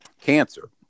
Cancer